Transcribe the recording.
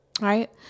right